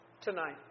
Tonight